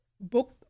book